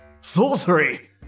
Sorcery